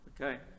okay